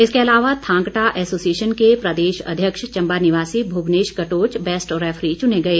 इसके अलावा थांगटा एसोसिएशन के प्रदेश अध्यक्ष चम्बा निवासी मुवनेश कटोच बैस्ट रैफरी चुने गए